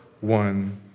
one